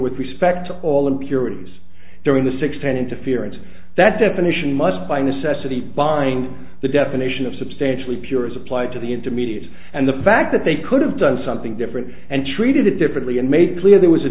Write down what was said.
with respect to all of purity is during the six ten interference that definition must by necessity bind the definition of substantially pure as applied to the intermediate and the fact that they could have done something different and treated it differently and made it clear there was a